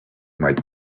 might